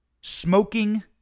smoking